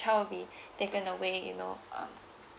child will be taken away you know um